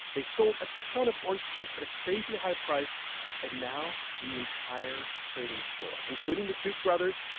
they sold a ton of orange juice at a crazy high price and now the entire trading floor, including the duke brothers,